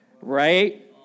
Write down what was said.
right